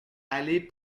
allée